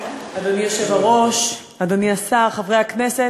אדוני היושב-ראש, אדוני השר, חברי הכנסת,